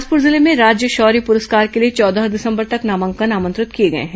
बिलासपुर जिले में राज्य शौर्य पुरस्कार के लिए चौदह दिसंबर तक नामांकन आमंत्रित किए गए हैं